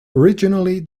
originally